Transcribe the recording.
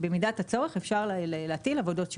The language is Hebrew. במידת הצורך אפשר להטיל עבודות שירות.